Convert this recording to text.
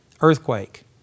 earthquake